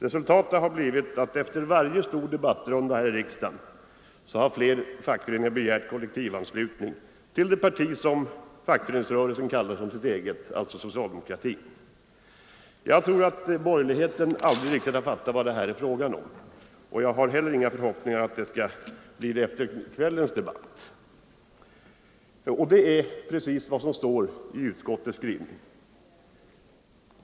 Resultaten har dock blivit att efter varje stor debattrunda i riksdagen har fler och fler fackföreningar begärt kollektivanslutning till det parti som fackföreningsrörelsen kallar sitt eget, alltså socialdemokratin. Jag tror att borgerligheten aldrig riktigt fattat vad det här är frågan om. Jag har heller inga förhoppningar om att borgerligheten skall fatta det efter kvällens debatt, och det är precis vad som står i utskottets skrivning.